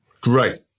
Great